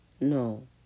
No